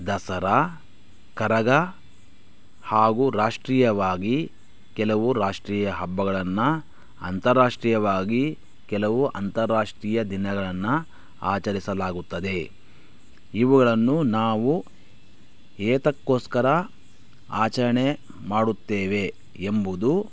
ದಸರ ಕರಗ ಹಾಗು ರಾಷ್ಟ್ರೀಯವಾಗಿ ಕೆಲವು ರಾಷ್ಟ್ರೀಯ ಹಬ್ಬಗಳನ್ನು ಅಂತರಾಷ್ಟ್ರೀಯವಾಗಿ ಕೆಲವು ಅಂತರಾಷ್ಟ್ರೀಯ ದಿನಗಳನ್ನು ಆಚರಿಸಲಾಗುತ್ತದೆ ಇವುಗಳನ್ನು ನಾವು ಏತಕ್ಕೋಸ್ಕರ ಆಚರಣೆ ಮಾಡುತ್ತೇವೆ ಎಂಬುದು